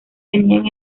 tenían